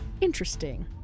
interesting